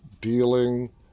dealing